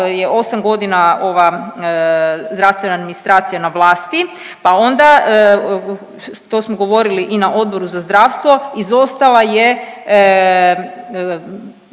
je 8 godina ova zdravstvena administracija na vlasti pa onda, to smo govorili i na Odboru za zdravstvo, izostala je